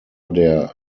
der